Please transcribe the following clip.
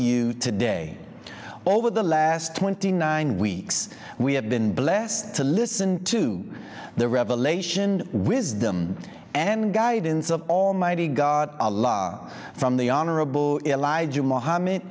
you today over the last twenty nine weeks we have been blessed to listen to the revelation wisdom and guidance of almighty god a law from the honorable elijah muhamm